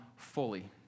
fully